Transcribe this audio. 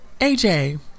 AJ